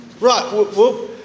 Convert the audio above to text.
Right